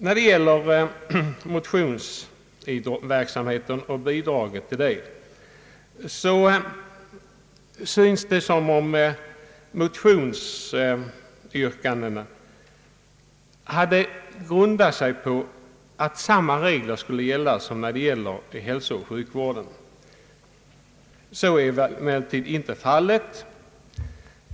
När det gäller bidragen till motionsverksamheten, synes det som om yrkandet i motionen grundade sig på att sam ma regler skulle gälla som beträffande hälsooch sjukvården. Så är emellertid inte fallet.